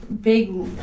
big